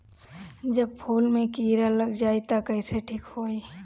जब फूल मे किरा लग जाई त कइसे ठिक होई?